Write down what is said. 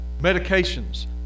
medications